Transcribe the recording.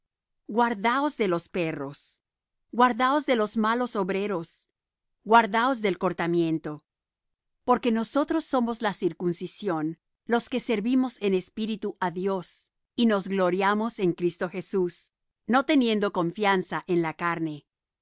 guardaos de los perros guardaos de los malos obreros guardaos del cortamiento porque nosotros somos la circuncisión los que servimos en espíritu á dios y nos gloriamos en cristo jesús no teniendo confianza en la carne